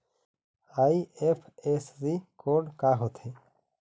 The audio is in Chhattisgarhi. आई.एफ.एस.सी कोड का होथे?